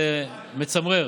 זה מצמרר,